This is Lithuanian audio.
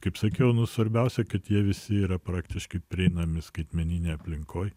kaip sakiau nu svarbiausia kad jie visi yra praktiškai prieinami skaitmeninėj aplinkoj